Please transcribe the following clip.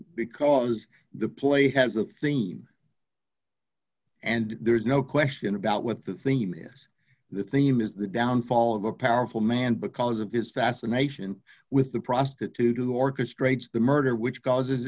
because the play has a theme and there's no question about with the thing you miss the theme is the downfall of a powerful man because of his fascination with the prostitute who orchestrates the murder which causes